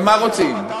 פתרת?